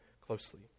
closely